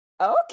okay